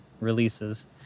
releases